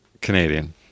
Canadian